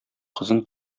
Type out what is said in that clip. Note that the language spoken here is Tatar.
кызын